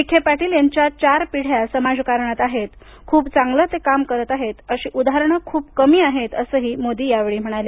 विखे पाटील यांच्या चार पिढ्या समाजकारणात आहेत खूप चांगलं काम ते करत आहेत अशी उदाहरण खूप कमी आहेत असंही मोदी म्हणाले